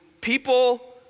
people